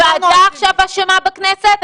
הוועדה עכשיו אשמה בכנסת?